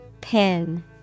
Pin